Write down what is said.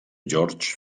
george